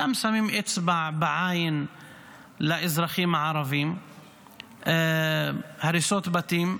גם שמים לאזרחים הערבים אצבע בעין: הריסות בתים,